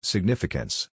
Significance